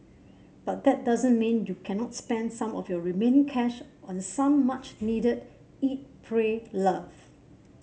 but that doesn't mean you cannot spend some of your remaining cash on some much needed eat pray love